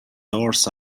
doors